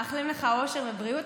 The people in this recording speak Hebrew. מאחלים לך אושר ובריאות,